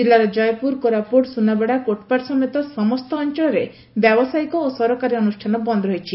ଜିଲାର କୟପୁର କୋରାପୁଟ ସୁନାବେଢା କୋଟପାଡ ସମେତ ସମସ୍ତ ଅଞ୍ଞଳରେ ବ୍ୟବସାୟିକ ଓ ସରକାରୀ ଅନୁଷ୍ଠାନ ବନ୍ଦ ରହିଛି